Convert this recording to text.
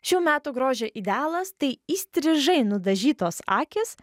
šių metų grožio idealas tai įstrižai nudažytos akys